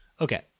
Okay